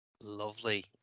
Lovely